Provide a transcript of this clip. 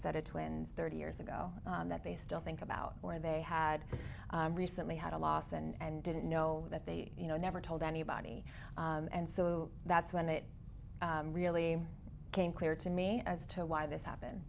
set of twins thirty years ago that they still think about or they had recently had a loss and didn't know that they you know never told anybody and so that's when it really became clear to me as to why this happened